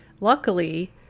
Luckily